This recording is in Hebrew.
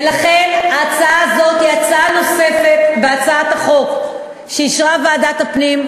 ולכן הצעה זו היא הצעה נוספת בהצעות החוק שאישרה ועדת הפנים,